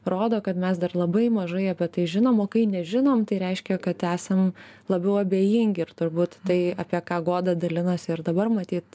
rodo kad mes dar labai mažai apie tai žinom o kai nežinom tai reiškia kad esam labiau abejingi ir turbūt tai apie ką goda dalinosi ir dabar matyt